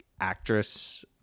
actress